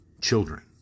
Children